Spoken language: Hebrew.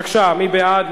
בבקשה, מי בעד?